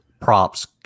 props